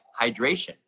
hydration